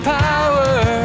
power